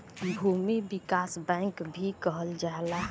भूमि विकास बैंक भी कहल जाला